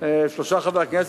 שלושה חברי הכנסת,